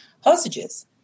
hostages